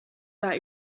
that